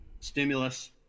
stimulus